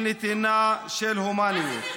של נתינה, של הומניות.